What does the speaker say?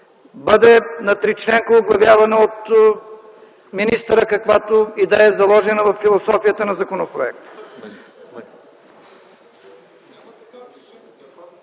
бъде на тричленка, оглавявана от министъра, каквато и да е заложена във философията на законопроекта...